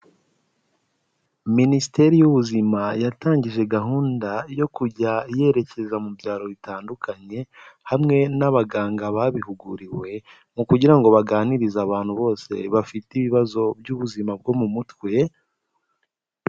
Minisiteri y'ubuzima yatangije gahunda yo kujya yerekeza mu byaro bitandukanye, hamwe n'abaganga babihuguriwe mu kugira ngo baganirize abantu bose bafite ibibazo by'ubuzima bwo mu mutwe.